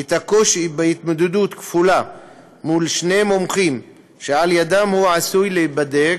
את הקושי שבהתמודדות כפולה מול שני מומחים שעל-ידם הוא עשוי להיבדק,